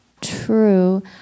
True